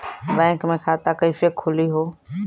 Bank मे खाता कईसे खुली हो?